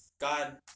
God